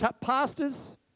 pastors